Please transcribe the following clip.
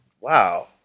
Wow